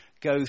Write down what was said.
go